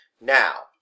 Now